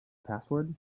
password